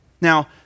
Now